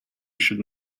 should